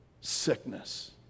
Sickness